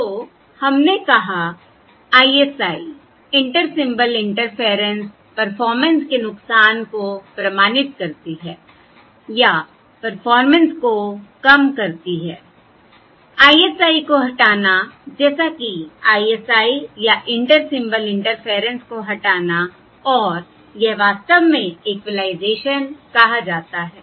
तो हमने कहा ISI inter symbol interference performance के नुकसान को प्रमाणित करती है या परफॉर्मेंस को कम करती है ISI को हटाना जैसा कि ISI या इंटर सिंबल इंटरफेयरेंस को हटाना और यह वास्तव में इक्विलाइजेशन कहा जाता है